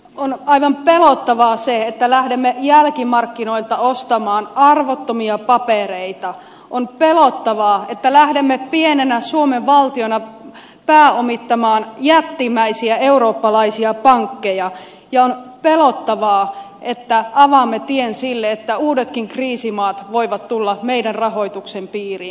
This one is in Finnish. on aivan pelottavaa se että lähdemme jälkimarkkinoilta ostamaan arvottomia papereita on pelottavaa että lähdemme pienenä suomen valtiona pääomittamaan jättimäisiä eurooppalaisia pankkeja ja on pelottavaa että avaamme tien sille että uudetkin kriisimaat voivat tulla meidän rahoituksemme piiriin